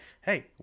hey